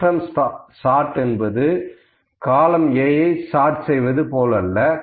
custom chart என்பது column Aஐ chart செய்தது போல் அல்ல